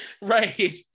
right